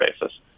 basis